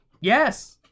Yes